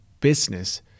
business